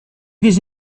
vist